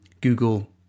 Google